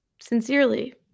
sincerely